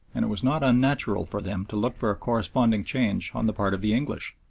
and it was not unnatural for them to look for a corresponding change on the part of the english.